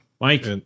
Mike